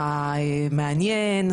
המעניין,